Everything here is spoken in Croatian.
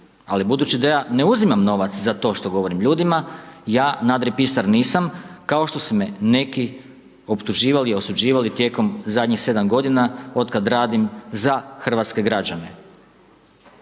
Ali, budući da ja ne uzimam novac, za to što govorim ljudima, ja nadripisar nisam kao što su me neki optuživali, osuđivali, tijekom zadnjih 7 g. od kada radim za hrvatske građane.